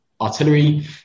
artillery